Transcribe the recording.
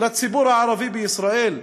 לציבור הערבי בישראל?